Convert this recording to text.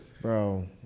Bro